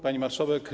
Pani Marszałek!